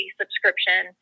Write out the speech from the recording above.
subscription